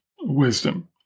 wisdom